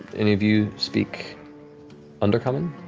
any of you speak undercommon?